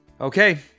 Okay